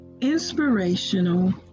inspirational